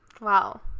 Wow